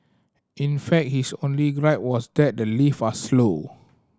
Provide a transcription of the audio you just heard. in fact his only gripe was that the lift are slow